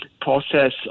process